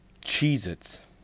Cheez-Its